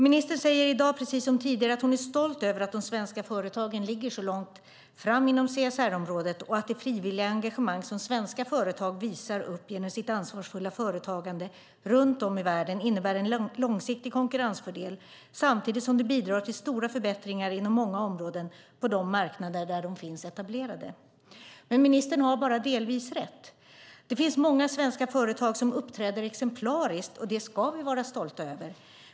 Ministern säger i dag, precis som tidigare, att hon är stolt över att de svenska företagen ligger så långt fram inom CSR-området och att det frivilliga engagemang som svenska företag visar upp genom ansvarsfullt företagande runt om i världen innebär en långsiktig konkurrensfördel, samtidigt som det bidrar till stora förbättringar inom många områden på de marknader där de finns etablerade. Ministern har bara delvis rätt. Det finns många svenska företag som uppträder exemplariskt, och det ska vi vara stolta över.